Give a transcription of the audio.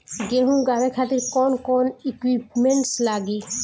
गेहूं उगावे खातिर कौन कौन इक्विप्मेंट्स लागी?